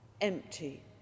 empty